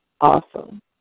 awesome